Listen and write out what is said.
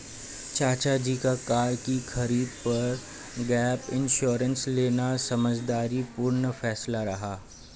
चाचा जी का कार की खरीद पर गैप इंश्योरेंस लेना समझदारी पूर्ण फैसला रहा